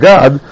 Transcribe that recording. God